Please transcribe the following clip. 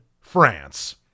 France